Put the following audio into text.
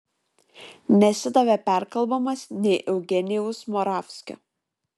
nesidavė perkalbamas nei eugenijaus moravskio